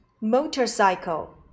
Motorcycle